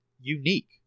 unique